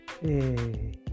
hey